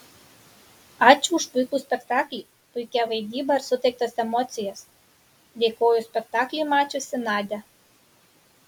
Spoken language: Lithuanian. ačiū už puikų spektaklį puikią vaidybą ir suteiktas emocijas dėkojo spektaklį mačiusi nadia